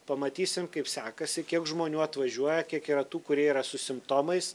pamatysim kaip sekasi kiek žmonių atvažiuoja kiek yra tų kurie yra su simptomais